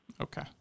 Okay